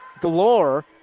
galore